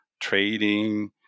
trading